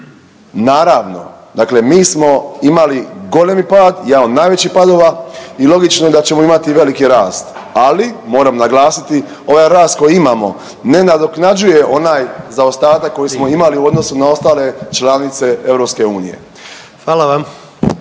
naravno dakle mi smo imali golemi pad, jedan od najvećih padova i logično da ćemo imati veliki rast, ali moram naglasiti ovaj rast koji imamo ne nadoknađuje onaj zaostatak koji smo imali u odnosu na ostale članice EU.